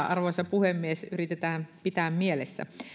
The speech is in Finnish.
arvoisa puhemies yritetään pitää mielessä